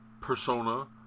persona